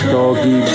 Doggy